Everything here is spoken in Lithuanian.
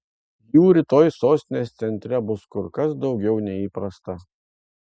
jų rytoj sostinės centre bus kur kas daugiau nei įprasta